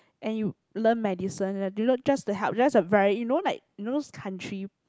and you learn medicine you learn just to help just the very you know like you know those country